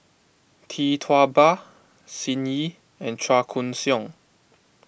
Tee Tua Ba Sun Yee and Chua Koon Siong